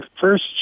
first